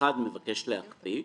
ואחד מבקש להקפיא,